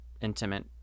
intimate